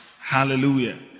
Hallelujah